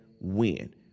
win